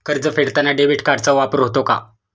कर्ज फेडताना डेबिट कार्डचा वापर होतो का?